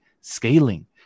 scaling